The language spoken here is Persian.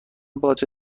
باجه